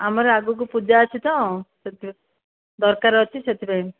ଆମର ଆଗକୁ ପୂଜା ଅଛି ତ ଦରକାର ଅଛି ସେଥି ପାଇଁ